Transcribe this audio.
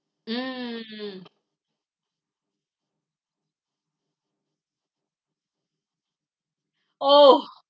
mm oh